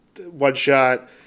one-shot